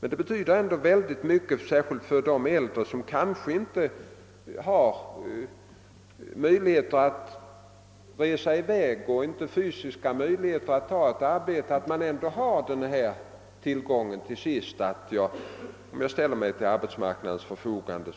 För de äldre personer som kanske inte har möjlighet att flytta till annan ort eller fysiska förutsättningar att ta ett arbete betyder det emellertid ändå en stor tillgång att veta att de kan räkna med detta kontantstöd om de ställer sig till arbetsmarknadens förfogande.